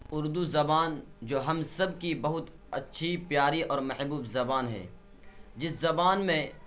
اردو زبان جو ہم سب کی بہت اچھی پیاری اور محبوب زبان ہے جس زبان میں